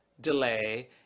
delay